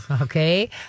Okay